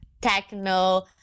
techno